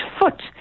foot